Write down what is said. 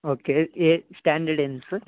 okay ఏ standard ఏంటి sir